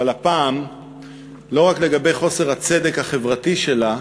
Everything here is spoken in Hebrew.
אבל הפעם לא רק לגבי חוסר הצדק החברתי שלה,